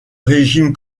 régime